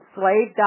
slave